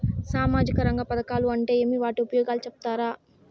సామాజిక రంగ పథకాలు అంటే ఏమి? వాటి ఉపయోగాలు సెప్తారా?